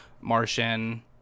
Martian